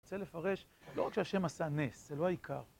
אני רוצה לפרש, לא רק שה' עשה נס, זה לא העיקר.